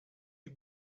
you